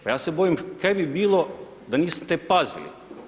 Pa ja se bojim, kaj bi bilo da niste pazili?